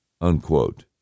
Unquote